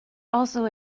also